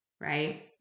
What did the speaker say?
right